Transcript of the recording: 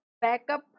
backup